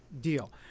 deal